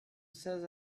says